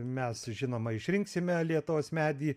mes žinoma išrinksime lietuvos medį